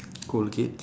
okay